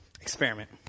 Experiment